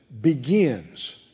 begins